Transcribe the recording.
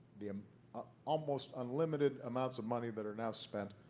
the um ah almost unlimited amounts of money that are now spent.